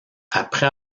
après